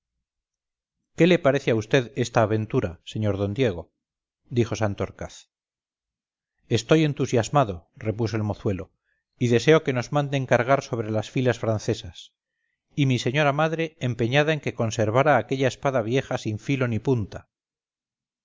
qué le parece a vd esta aventura sr d diego dijo santorcaz estoy entusiasmado repuso el mozuelo y deseo que nos manden cargar sobre las filas francesas y mi señora madre empeñada en que conservara aquella espada vieja sin filo ni punta